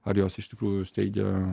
ar jos iš tikrųjų steigia